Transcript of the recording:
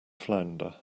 flounder